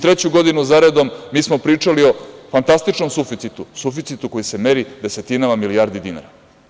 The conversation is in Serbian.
Treću godinu za redom, mi smo pričali o fantastičnom suficitu, suficitu koji se meri desetinama milijardi dinara.